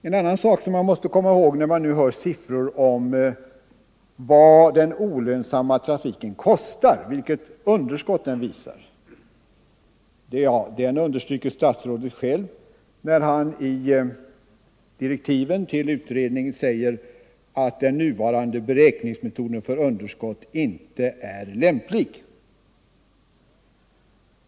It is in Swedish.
En annan sak som vi måste komma ihåg när vi hör siffror om vad den olönsamma trafiken kostar i form av underskott understryker statsrådet själv när han i direktiven till utredningen säger att den nuvarande beräkningsmetoden för underskott inte är lämplig.